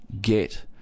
get